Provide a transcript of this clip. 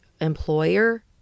employer